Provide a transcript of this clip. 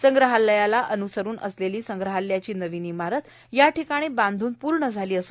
संग्रहालयाला अनुसरून असलेली संग्रहालयाची नवीन इमारत याठिकाणी बांधून पूर्ण झाली आहे